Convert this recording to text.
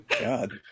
God